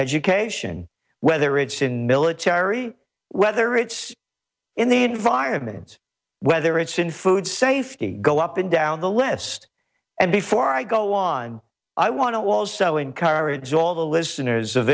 education whether it's in military whether it's in the environment whether it's in food safety go up and down the list and before i go on i want to also encourage all the listeners of